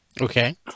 Okay